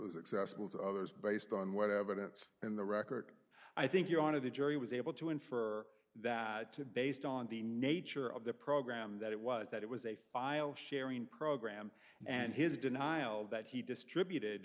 to others based on what evidence in the record i think you're on to the jury was able to infer that based on the nature of the program that it was that it was a file sharing program and his denial that he distributed